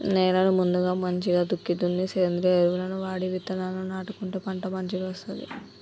నేలను ముందుగా మంచిగ దుక్కి దున్ని సేంద్రియ ఎరువులను వాడి విత్తనాలను నాటుకుంటే పంట మంచిగొస్తది